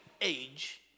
age